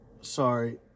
sorry